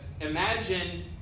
imagine